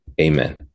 Amen